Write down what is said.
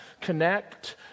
connect